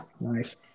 nice